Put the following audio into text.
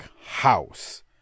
house